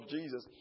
Jesus